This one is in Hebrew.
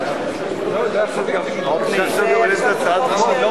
אל תביא את זה להצבעה.